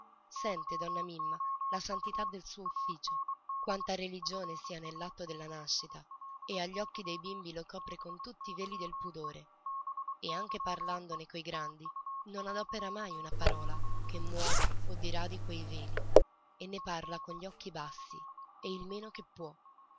natale sente donna mimma la santità del suo ufficio quanta religione sia nell'atto della nascita e agli occhi dei bimbi lo copre con tutti i veli del pudore e anche parlandone coi grandi non adopera mai una parola che muova o diradi quei veli e ne parla con gli occhi bassi e il meno che può